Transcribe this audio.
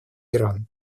иран